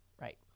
right